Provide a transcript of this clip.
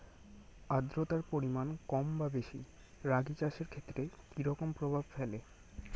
আদ্রতার পরিমাণ কম বা বেশি রাগী চাষের ক্ষেত্রে কি রকম প্রভাব ফেলে?